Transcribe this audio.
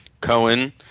Cohen